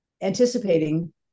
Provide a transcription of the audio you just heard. anticipating